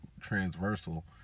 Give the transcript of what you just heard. transversal